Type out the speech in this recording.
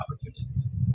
opportunities